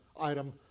item